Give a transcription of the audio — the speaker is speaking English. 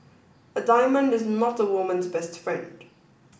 a diamond is not a woman's best friend